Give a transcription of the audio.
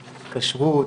כשרות,